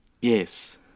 Yes